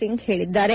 ಸಿಂಗ್ ಹೇಳಿದ್ದಾರೆ